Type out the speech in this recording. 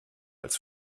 als